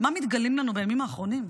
מה מתגלה לנו בימים האחרונים: